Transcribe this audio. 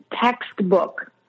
textbook